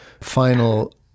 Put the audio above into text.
final